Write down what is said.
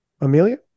Amelia